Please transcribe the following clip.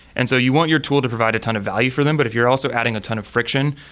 and so you want your tool to provide a ton of value for them. but if you're also adding a ton of friction,